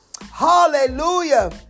Hallelujah